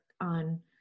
on